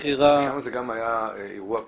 ובחירה --- שם זה היה אירוע כופר.